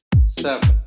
seven